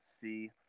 see